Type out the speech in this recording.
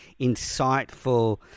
insightful